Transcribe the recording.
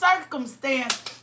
circumstance